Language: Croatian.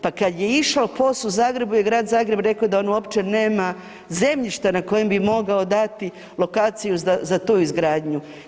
Pa kada je išao POS u Zagrebu je Grad Zagreb rekao da on uopće nema zemljišta na kojem bi mogao dati lokaciju za tu izgradnju.